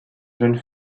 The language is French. jeune